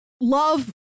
love